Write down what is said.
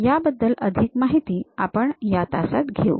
या बद्दल अधिक माहित आपण या तासात घेऊ